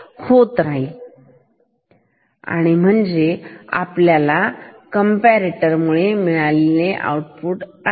तर हे असे आउटपुट आपल्याला कॉम्पेरेटर मुळे मिळालेले ठीक आहे